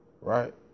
Right